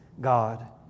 God